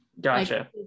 gotcha